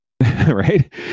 Right